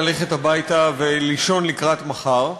ללכת הביתה ולישון לקראת מחר,